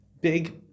big